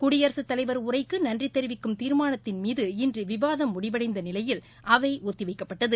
குடியரசுத் தலைவர் உரைக்கு நன்றி தெரிவிக்கும் தீர்மானத்தின் மீது இன்று விவாதம் முடிவடைந்த நிலையில் அவை ஒத்தி வைக்கப்பட்டது